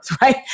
right